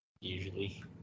Usually